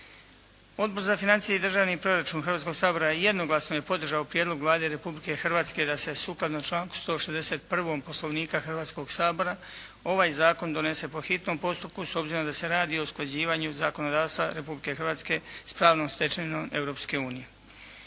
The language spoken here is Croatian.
Odbor za financije i državni proračun Hrvatskoga sabora jednoglasno je podržao prijedlog Vlade Republike Hrvatske da se sukladno članku 161. Poslovnika Hrvatskoga sabora, ovaj zakon donese po hitnom postupku s obzirom da se radi o usklađivanju zakonodavstva Republike Hrvatske s pravnom stečevinom